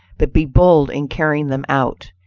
but be bold in carrying them out.